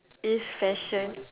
is fashion